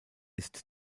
ist